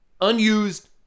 unused